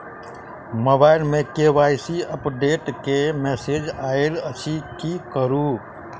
Mobile मे KYC update केँ message आइल अछि की करू?